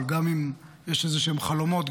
אבל גם אם יש איזשהם חלומות,